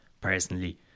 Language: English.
personally